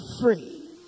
free